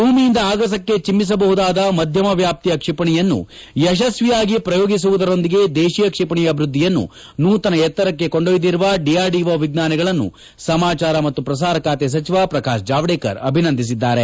ಭೂಮಿಯಿಂದ ಆಗಸಕ್ಕೆ ಚಿಮ್ನಸಬಹುದಾದ ಮಧ್ಯಮ ವ್ಯಾಪ್ತಿಯ ಕ್ಷಿಪಣಿಯನ್ನು ಯಶಸ್ತಿಯಾಗಿ ಪ್ರಯೋಗಿಸುವುದರೊಂದಿಗೆ ದೇಶೀಯ ಕ್ಷಿಪಣಿ ಅಭಿವೃದ್ಧಿಯನ್ನು ನೂತನ ಎತ್ತರಕ್ಕೆ ಕೊಂಡೊಯ್ದಿರುವ ಡಿಆರ್ಡಿಒ ವಿಜ್ಞಾನಿಗಳನ್ನು ಸಮಾಚಾರ ಮತ್ತು ಪ್ರಸಾರ ಖಾತೆ ಸಚಿವ ಪ್ರಕಾಶ್ ಜಾವಡೇಕರ್ ಅಭಿನಂದಿಸಿದ್ದಾರೆ